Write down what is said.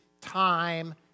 time